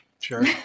Sure